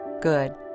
Good